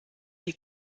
die